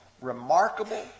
remarkable